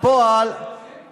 ההוא מהחווה, אין לו שם?